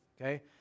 Okay